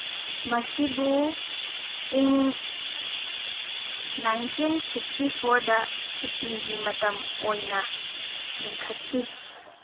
ꯃꯁꯤꯕꯨ ꯏꯪ nineteen sixty ꯐꯣꯔꯗ ꯁꯨꯇꯤꯒꯤ ꯃꯇꯝ ꯑꯣꯏꯅ ꯂꯤꯡꯈꯠꯈꯤ